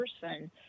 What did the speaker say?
person